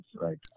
right